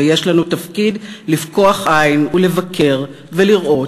ויש לנו תפקיד לפקוח עין ולבקר ולראות